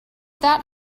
that